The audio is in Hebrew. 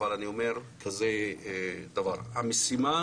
אבל המשימה